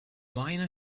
miner